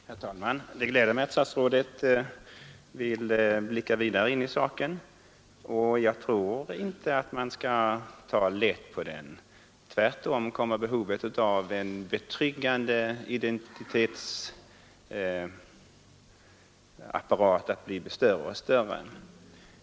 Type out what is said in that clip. Herr talman! Det gläder mig att statsrådet vill blicka vidare in i saken. Jag tror inte att man skall ta lätt på den. Tvärtom kommer behovet av en betryggande identitetsapparat att bli större och större.